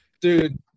dude